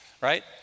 Right